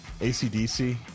ACDC